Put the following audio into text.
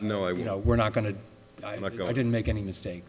no we know we're not going to go i didn't make any mistakes